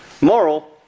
moral